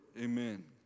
amen